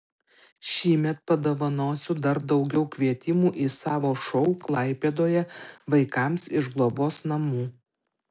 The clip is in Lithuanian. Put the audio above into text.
šįmet padovanosiu dar daugiau kvietimų į savo šou klaipėdoje vaikams iš globos namų